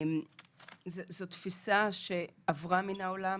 זו תפיסה שעברה מן העולם.